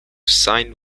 signed